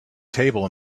table